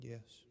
Yes